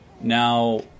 Now